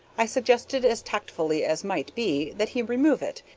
i suggested as tactfully as might be that he remove it,